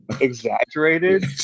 exaggerated